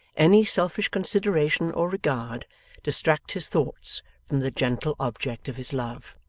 any selfish consideration or regard distract his thoughts from the gentle object of his love.